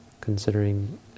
considering